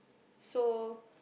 so